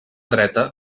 dreta